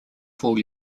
fool